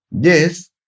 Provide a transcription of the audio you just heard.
Yes